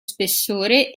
spessore